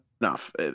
enough